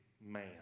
man